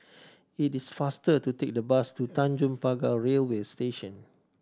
it is faster to take the bus to Tanjong Pagar Railway Station